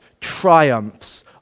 triumphs